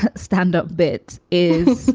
stand up bit is